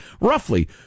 roughly